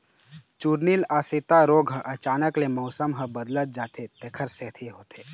चूर्निल आसिता रोग ह अचानक ले मउसम ह बदलत जाथे तेखर सेती होथे